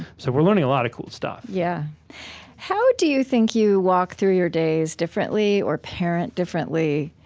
so we're learning a lot of cool stuff yeah how do you think you walk through your days differently, or parent differently,